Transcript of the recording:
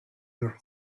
your